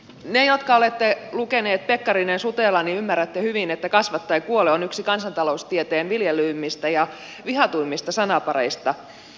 te jotka olette lukeneet pekkarinensutelaa ymmärrätte hyvin että kasva tai kuole on yksi kansantaloustieteen viljellyimmistä ja vihatuimmista sanapareista